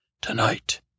tonight